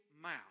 mouth